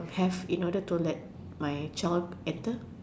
have in order to let my child enter